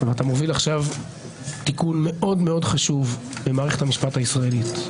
אתה מוביל עכשיו תיקון מאוד מאוד חשוב במערכת המשפט הישראלית,